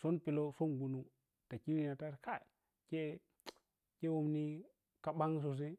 sun peleu sun gwanum ta khirina kai kheu wunni kaɓan sosai.